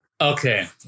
Okay